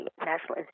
National